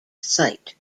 sight